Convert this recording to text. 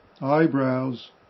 Eyebrows